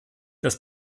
dass